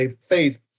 faith